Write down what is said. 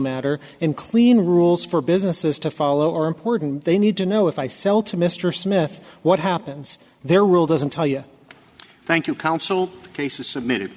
matter and clean rules for businesses to follow are important they need to know if i sell to mr smith what happens their rule doesn't tell you thank you council cases submitted